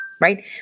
right